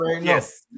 yes